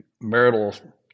marital